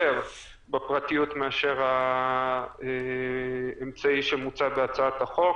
בפרטיות מאשר האמצעי שמוצע בהצעת החוק.